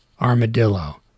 armadillo